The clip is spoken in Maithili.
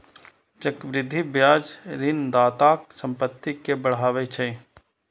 चक्रवृद्धि ब्याज ऋणदाताक संपत्ति कें बढ़ाबै छै